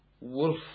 wolf